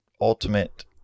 ultimate